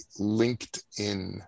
LinkedIn